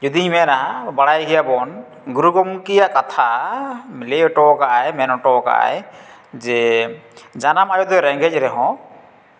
ᱡᱩᱫᱤᱧ ᱢᱮᱱᱟ ᱵᱟᱲᱟᱭ ᱜᱮᱭᱟᱵᱚᱱ ᱜᱩᱨᱩ ᱜᱚᱢᱠᱮᱭᱟᱜ ᱠᱟᱛᱷᱟ ᱞᱟᱹᱭ ᱦᱚᱴᱚ ᱟᱠᱟᱫ ᱟᱭ ᱢᱮᱱ ᱦᱚᱴᱚᱜ ᱟᱠᱟᱫ ᱟᱭ ᱡᱮ ᱡᱟᱱᱟᱢ ᱟᱭᱳ ᱫᱚᱭ ᱨᱮᱸᱜᱮᱡᱽ ᱨᱮᱦᱚᱸ